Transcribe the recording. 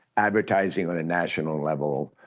advertising on a national level,